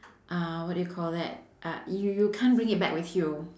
uh what do you call you that uh you you can't bring it back with you